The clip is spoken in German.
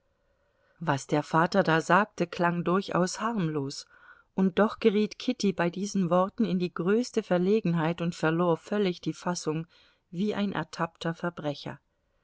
was der vater da sagte klang durchaus harmlos und doch geriet kitty bei diesen worten in die größte verlegenheit und verlor völlig die fassung wie ein ertappter verbrecher